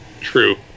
True